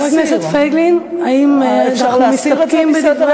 חבר הכנסת פייגלין, האם אנחנו מסתפקים בדברי השרה?